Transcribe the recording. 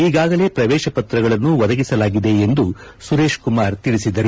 ಈಗಾಗಲೇ ಪ್ರವೇಶ ಪತ್ರಗಳನ್ನು ಒದಗಿಸಲಾಗಿದೆ ಎಂದು ಸುರೇಶ್ ಕುಮಾರ್ ತಿಳಿಸಿದರು